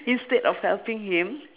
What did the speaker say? instead of helping him